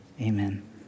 Amen